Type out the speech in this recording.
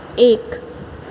एक